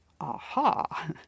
Aha